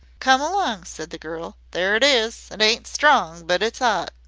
come along, said the girl. there it is. it ain't strong, but it's ot.